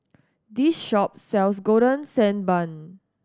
this shop sells Golden Sand Bun